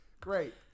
Great